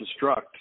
destruct